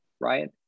right